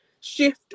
shift